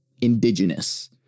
indigenous